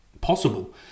possible